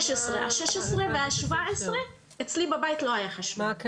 16 וה-17 אצלי בבית לא היה חשמל.